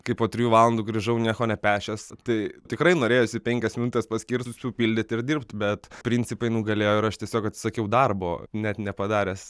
kai po trijų valandų grįžau nieko nepešęs tai tikrai norėjosi penkias minutes paskirti supildyti ir dirbti bet principai nugalėjo ir aš tiesiog atsisakiau darbo net nepadaręs